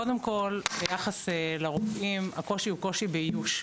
קודם כל, ביחס לרופאים, הקושי הוא קושי באיוש.